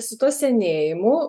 su tuo senėjimu